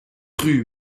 rue